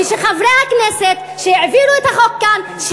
ושחברי הכנסת שהעבירו את החוק כאן, תודה.